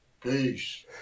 Peace